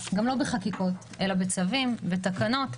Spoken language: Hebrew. גם לא בחקיקות אלא בצווים ובתקנות.